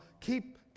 keep